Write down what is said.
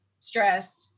stressed